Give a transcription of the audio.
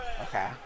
Okay